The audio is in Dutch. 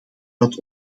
dat